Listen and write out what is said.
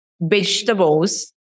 vegetables